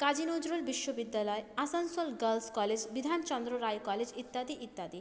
কাজী নজরুল বিশ্ববিদ্যালয় Asansol girls college Bidhanchandra Roy college ইত্যাদি ইত্যাদি